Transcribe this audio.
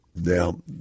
Now